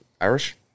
Irish